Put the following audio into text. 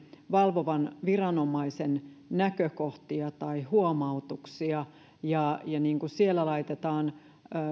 valvovan viranomaisen näkökohtia tai huomautuksia siellä laitetaan